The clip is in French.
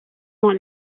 dans